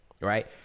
right